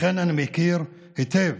לכן אני מכיר היטב